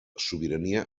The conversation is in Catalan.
sobirania